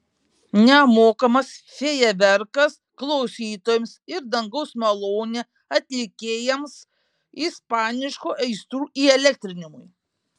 nemokamas fejerverkas klausytojams ir dangaus malonė atlikėjams ispaniškų aistrų įelektrinimui